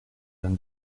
than